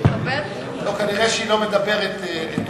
לא, כנראה היא לא מדברת טוב.